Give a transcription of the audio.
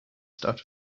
start